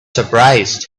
surprised